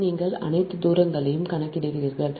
எனவே நீங்கள் அனைத்து தூரங்களையும் கணக்கிடுகிறீர்கள்